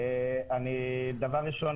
דבר ראשון,